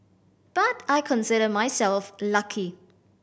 but I consider myself lucky